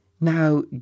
Now